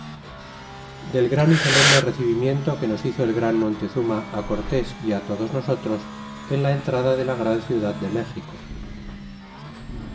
del gran y solemne recebimiento que nos hizo el gran montezuma ó cortés y á todos nosotros en la entrada de la gran ciudad de méxico